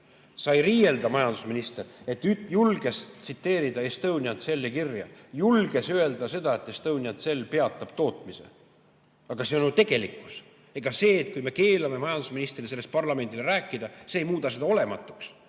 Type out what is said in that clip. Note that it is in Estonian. sai riielda, et ta julges tsiteerida Estonian Celli kirja, julges öelda seda, et Estonian Cell peatab tootmise. Aga see on ju tegelikkus. Ega see, kui me keelame majandusministril sellest parlamendile rääkida, ei muuda seda olematuks.